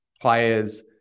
players